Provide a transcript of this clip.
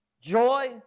joy